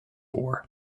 war